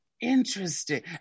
Interesting